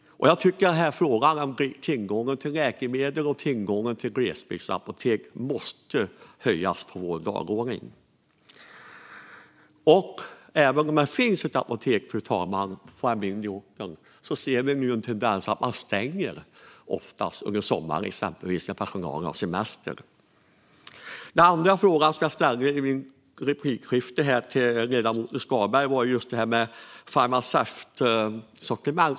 Jag tycker att frågan om tillgången till läkemedel och till glesbygdsapotek måste höjas på vår dagordning. Även om det finns ett apotek på en mindre ort, fru talman, ser vi nu en tendens att man ofta stänger under sommaren när personalen har semester. En annan fråga som jag ställde i mitt replikskifte med ledamoten Skalberg handlade om farmaceutsortiment.